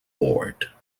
board